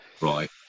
right